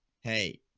hey